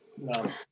No